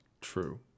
true